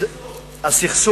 על מה הסכסוך?